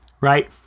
right